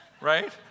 right